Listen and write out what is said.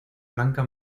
blanca